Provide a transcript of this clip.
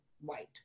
white